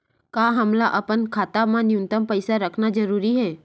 का हमला अपन खाता मा न्यूनतम पईसा रखना जरूरी हे?